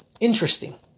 interesting